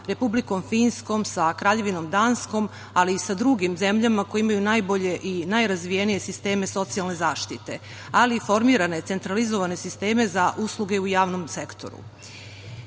Republikom Finskom, sa Kraljevinom Danskom, ali i sa drugim zemljama koje imaju najbolje i najrazvijenije sisteme socijalne zaštite, ali i formirane centralizovane sisteme za usluge u javnom sektoru.